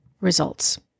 results